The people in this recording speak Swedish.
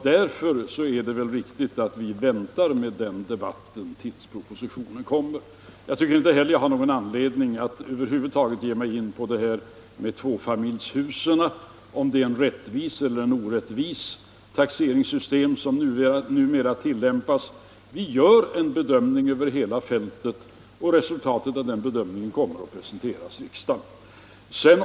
Därför är det väl riktigt att vi väntar med den debatten tills propositionen kommer. Jag tycker inte heller att jag har någon anledning att över huvud taget ge mig in på detta med tvåfamiljshusen — om det är ett rättvist eller ett orättvist taxeringssystem som numera tillämpas. Vi gör en bedömning över hela fältet, och resultatet av den bedömningen kommer att presenteras för riksdagen.